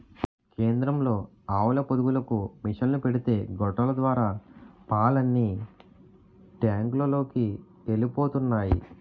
కేంద్రంలో ఆవుల పొదుగులకు మిసన్లు పెడితే గొట్టాల ద్వారా పాలన్నీ టాంకులలోకి ఎలిపోతున్నాయి